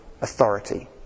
authority